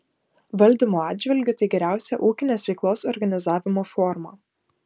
valdymo atžvilgiu tai geriausia ūkinės veiklos organizavimo forma